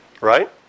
right